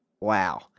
wow